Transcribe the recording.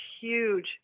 huge